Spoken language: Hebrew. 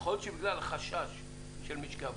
יכול להיות שבגלל חשש של משקי הבית,